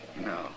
No